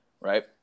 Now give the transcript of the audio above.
right